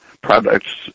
products